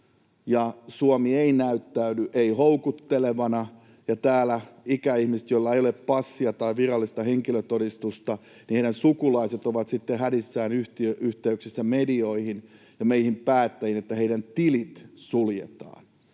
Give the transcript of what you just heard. Suomi ei näyttäydy houkuttelevana, ja täällä ikäihmisillä, joilla ei ole passia tai virallista henkilötodistusta, sukulaiset ovat sitten hädissään yhteyksissä medioihin ja meihin päättäjiin, että näiden tilit suljetaan.